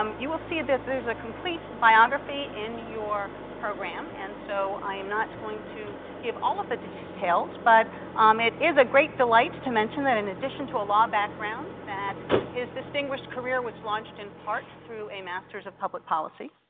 um you will see that there's a complete biography in your program and so i am not going to give all of the details. but um it is a great delight to mention that in addition to a law background that his distinguished career was launched in part through a masters of public policy.